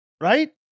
right